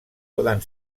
poden